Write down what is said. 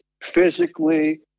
physically